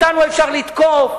אותנו אפשר לתקוף,